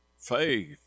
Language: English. Faith